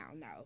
no